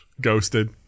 Ghosted